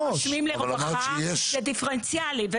את אמרת שנושמים לרווחה זה דיפרנציאלי.